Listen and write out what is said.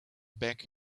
back